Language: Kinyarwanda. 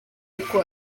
uko